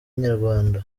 inyarwanda